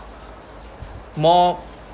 more